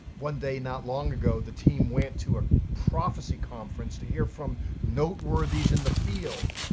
one day not long ago the team went to a prophecy conference to hear from note worthies in the field.